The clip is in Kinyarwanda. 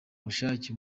bushake